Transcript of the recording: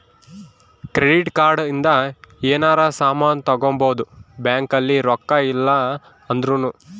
credit card ಇಂದ ಯೆನರ ಸಾಮನ್ ತಗೊಬೊದು ಬ್ಯಾಂಕ್ ಅಲ್ಲಿ ರೊಕ್ಕ ಇಲ್ಲ ಅಂದೃನು